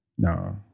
No